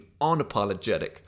unapologetic